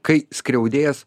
kai skriaudėjas